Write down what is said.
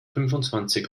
fünfundzwanzig